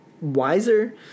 wiser